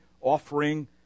offering